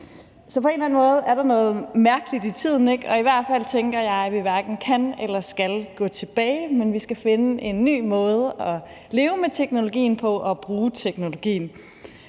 Så på en eller anden måde er der noget mærkeligt i tiden, og i hvert fald tænker jeg, at vi hverken kan eller skal gå tilbage, men at vi skal finde en ny måde at leve med teknologien på og bruge teknologien.